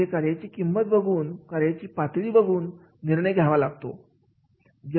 येथे कार्याची किंमत बघून कामगिरीची पातळी बघून निर्णय घ्यावा लागतो